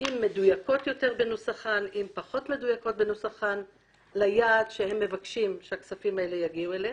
אם מדויקות יותר או פחות בנוסחן ליעד שהם מבקשים שאיליו יגיעו הכספים.